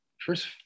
first